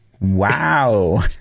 wow